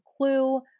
Clue